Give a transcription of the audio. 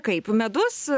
kaip medus